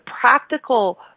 practical